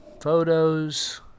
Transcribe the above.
photos